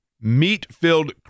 meat-filled